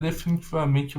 definitivamente